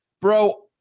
Bro